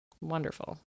wonderful